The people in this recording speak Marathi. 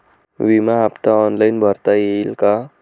विमा हफ्ता ऑनलाईन भरता येईल का?